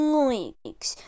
likes